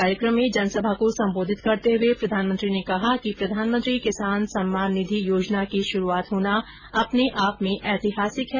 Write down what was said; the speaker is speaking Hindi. कार्यक्रम में जनसभा को सम्बोधित करते हए प्रधानमंत्री ने कहा कि प्रधानमंत्री किसान सम्मान निधि योजना की शुरूआत होना अपने आप में ऐतिहासिक है